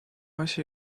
asi